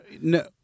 no